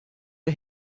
der